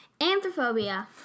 Anthrophobia